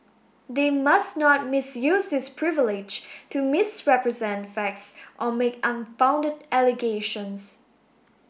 they must not misuse this privilege to misrepresent facts or make unfounded allegations